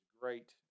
great